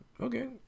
Okay